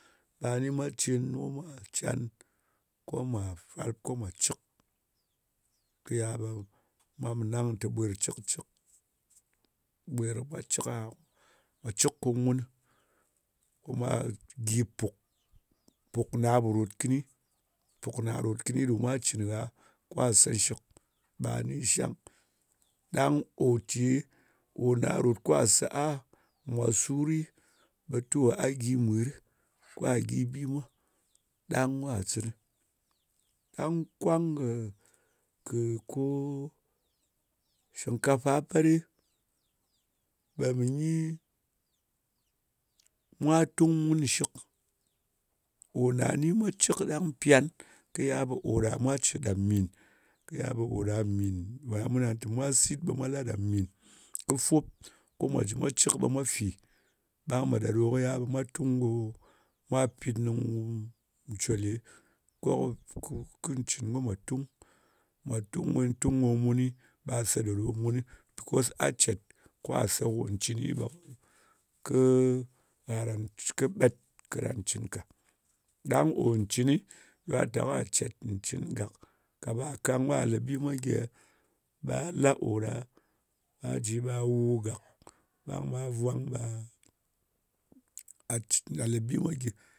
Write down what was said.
Ɓa ni mwa cen, ko mwa can, ko mwa fwàlp, ko mwa cɨk. Kɨ yal, ɓe mwa pò nang kɨnɨ tè ɓwer cɨk-cɨk. Ɓwer mwa cɨk aha. Mwa cɨk kò mun. Ko mwa gyi pùk ne ya pò ròt kɨni. Pùk ne ye gha pò ròt kɨni ɗo mwa cɨn ngha. Kwà sè shɨk, ɓa ni shang. Ɗang ò ce ò nà ròt ka se a, mwà suri, ɓe to a gyi mwiri, ka gyi bi mwa ɗang ka cɨnɨ. Ɗang kwang kɨ, ko shɨngkafa pet ɗɨm ɓe mɨ nyi, mwa tung mun shɨk. Ò na ni mwa cɨk ɗang pyan, kɨ yal ɓe kò ɗa mwa cèt ɗa mìn. Kɨ ya ɓe ko ɗa mìn. Ko ɗa mwa sit, ɓe mwa la ɗa mìn kɨ fup, ko mwa jɨ mwa cɨk, ɓe mwa fì. Ɓang ɓe ɗà ɗo kɨ yal, ɓe mwa tung ɗo, mwa pìt nɨng ncwèle ko kɨ cɨn ko mwà tung. Mwà tung, mwa tung ko muni, ɓa se ɗa ɗo munɨ. Because a cèt kwa se kò ncɨni, ɓe kɨ kɨ gha a ran, kɨ ɓēt. Karan cɨn ka. Ɗang kò cɨnɨ, a tè kà cet cɨn gak, kà ɓa kang ka lē bi mwa gyi e ɓa la ò ɗa a ji ɓa wu gàk. Ɓang ɓa vwang ɓa ɓa le bi mwa gyi